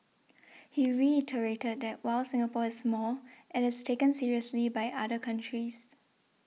he reiterated that while Singapore is small it is taken seriously by other countries